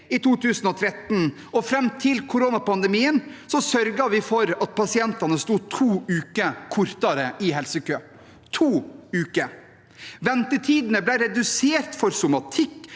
i 2013 og fram til koronapandemien, sørget vi for at pasientene sto to uker kortere i helsekø – to uker. Ventetidene for somatikk,